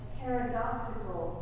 paradoxical